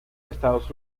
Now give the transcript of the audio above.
estados